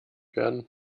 werden